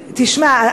תשמע,